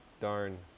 darn